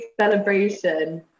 celebration